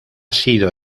sido